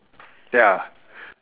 ya